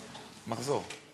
מחזור.